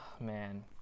man